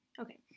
Okay